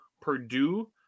Purdue